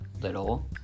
little